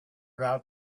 doubt